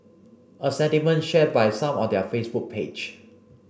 a sentiment shared by some on their Facebook page